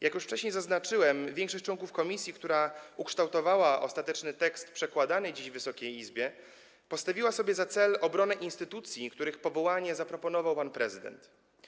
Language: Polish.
Jak już wcześniej zaznaczyłem, większość członków komisji, która ukształtowała ostateczny tekst przedkładany dziś Wysokiej Izbie, postawiła sobie za cel obronę instytucji, których powołanie zaproponował pan prezydent.